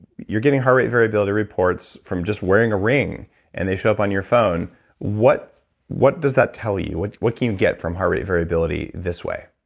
you're getting heart rate variability reports from just wearing a ring and they show up on your phone what what does that tell you? what what can you get from heart rate variability this way?